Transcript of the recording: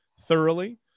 thoroughly